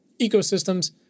ecosystems